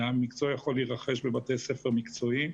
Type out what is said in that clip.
והמקצוע יכול להירכש בבתי ספר מקצועיים.